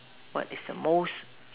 what is the most